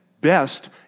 best